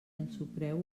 ensucreu